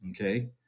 Okay